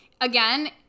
again